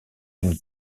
une